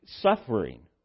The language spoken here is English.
Suffering